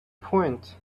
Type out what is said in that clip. point